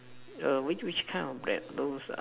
err which which kind of bread those err